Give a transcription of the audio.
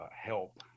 help